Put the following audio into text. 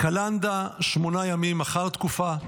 קלנדא שמונה ימים אחר תקופה,